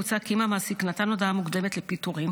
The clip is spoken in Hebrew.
מוצע כי אם המעסיק נתן הודעה מוקדמת לפיטורים